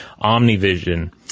Omnivision